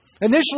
Initially